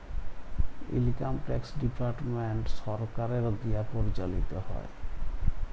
income tax department সরকারের দিয়া পরিচালিত হ্যয়